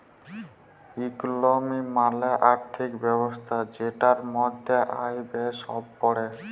ইকলমি মালে আর্থিক ব্যবস্থা জেটার মধ্যে আয়, ব্যয়ে সব প্যড়ে